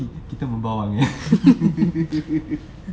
kit~ kita membawang eh